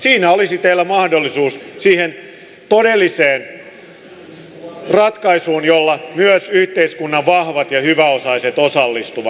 siinä olisi teillä mahdollisuus siihen todelliseen ratkaisuun jolla myös yhteiskunnan vahvat ja hyväosaiset osallistuvat